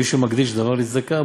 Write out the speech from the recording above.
מי שמקדיש דבר לצדקה,